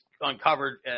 uncovered